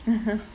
ah ha